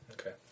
Okay